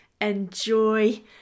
enjoy